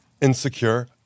insecure